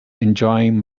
enjoying